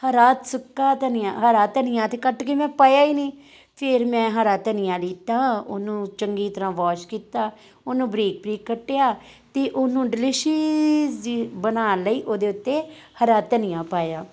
ਹਰਾ ਸੁੱਕਾ ਧਨੀਆ ਹਰਾ ਧਨੀਆ ਤਾਂ ਕੱਟ ਕੇ ਮੈਂ ਪਾਇਆ ਹੀ ਨਹੀਂ ਫਿਰ ਮੈਂ ਹਰਾ ਧਨੀਆ ਲਿੱਤਾ ਉਹਨੂੰ ਚੰਗੀ ਤਰ੍ਹਾਂ ਵੋਸ਼ ਕੀਤਾ ਉਹਨੂੰ ਬਰੀਕ ਬਰੀਕ ਕੱਟਿਆ ਅਤੇ ਉਹਨੂੰ ਡਿਲੀਸ਼ਿਸ਼ ਬਣਾਉਣ ਲਈ ਉਹਦੇ ਉੱਤੇ ਹਰਾ ਧਨੀਆ ਪਾਇਆ